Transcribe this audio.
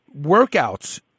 workouts